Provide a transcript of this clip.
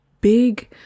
big